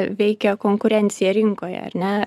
veikia konkurenciją rinkoje ar ne